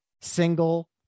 single